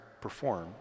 perform